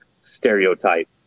stereotype